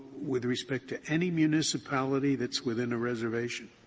with respect to any municipality that's within a reservation?